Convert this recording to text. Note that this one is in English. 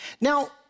Now